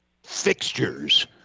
fixtures